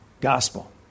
gospel